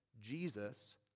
Jesus